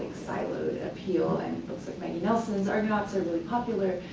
siloed appeal, and books like maggie nelson's are not so really popular.